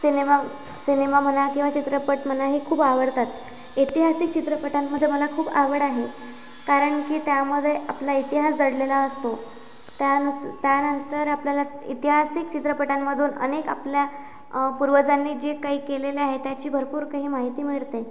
cinema cinema म्हणा किंवा चित्रपट म्हणा हे खूप आवडतात ऐतिहासिक चित्रपटांमध्ये मला खूप आवड आहे कारण की त्यामध्ये आपला इतिहास दडलेला असतो त्यानुस त्यानंतर आपल्याला ऐतिहासिक चित्रपटांमधून अनेक आपल्या पूर्वजांनी जे काही केलेले आहे त्याची भरपूर काही माहिती मिळते